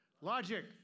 logic